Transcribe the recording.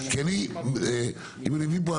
כי אני אם אני מבין פה,